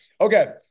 Okay